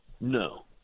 No